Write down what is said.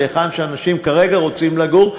למקום שאנשים כרגע רוצים לגור,